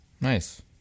Nice